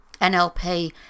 NLP